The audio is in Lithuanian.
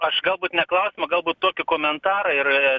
aš galbūt ne klausimą galbūt tokį komentarą ir